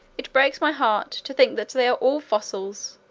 it breaks my heart to think that they are all fossils,